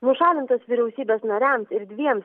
nušalintos vyriausybės nariams ir dviems